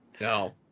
No